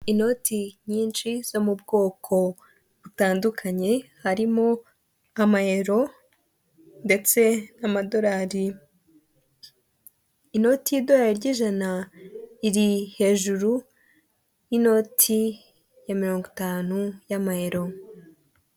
Inoti nyinshi zo mu bwoko butandukanye harimo amayero ndetse n'amadorari inoti y'idorari ry'ijana iri hejuru y'inoti ya mirongo itanu y'amayero.